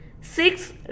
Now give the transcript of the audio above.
six